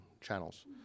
channels